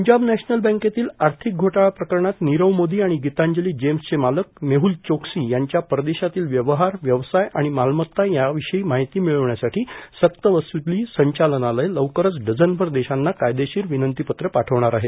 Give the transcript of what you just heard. Punjab National बँकेतील आर्थिक घोटाळा प्रकरणात नीरव मोदी आणि गितांजली जेम्सचे मालक मेहुल चोकसी यांच्या परदेशातील व्यवहार व्यवसाय आणि मालमत्ता यांविषयी माहिती मिळवण्यासाठी सक्तवसूली संघालनालय लवकरच डझनभर देशांना कायदेशीर विनंतीपत्र पाठवणार आहे